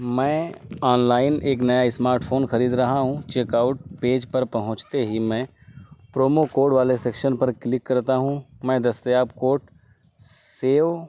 میں online ایک نیا اسمارٹ فون خرید رہا ہوں چیک آؤٹ پیج پر پہنچتے ہی میں پرومو کوڈ والے سیکشن پر کلک کرتا ہوں میں دستیاب کوٹ سیو